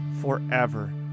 forever